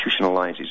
institutionalizes